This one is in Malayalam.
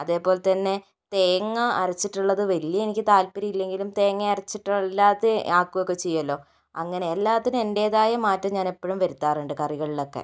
അതേപോലെ തന്നെ തേങ്ങ അരച്ചിട്ടുള്ളത് വലിയ എനിക്ക് താല്പര്യമില്ലെങ്കിലും തേങ്ങ അരച്ചിട്ടല്ലാതെ ഒക്കെ ആക്കുകയൊക്കെ ചെയ്യുമല്ലോ അങ്ങനെ എല്ലാത്തിനും എന്റേതായ മാറ്റം ഞാൻ എപ്പോഴും വരുത്താറുണ്ട് കറികൾക്കൊക്കെ